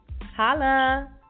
Holla